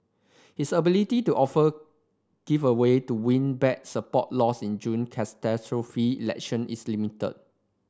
his ability to offer give away to win back support lost in June catastrophic election is limited